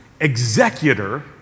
executor